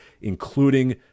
including